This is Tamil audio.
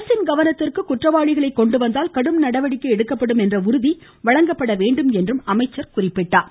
அரசின் கவனத்திற்கு குற்றவாளிகளை கொண்டு வந்தால் கடும் நடவடிக்கை எடுக்கப்படும் என்ற உறுதி வழங்கப்பட வேண்டும் என்றும் அவர் அறிவுறுத்தினார்